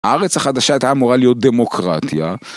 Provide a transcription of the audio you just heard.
הארץ החדשה הייתה אמורה להיות דמוקרטיה.